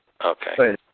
Okay